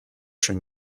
schön